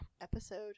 episode